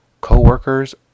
co-workers